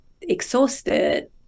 exhausted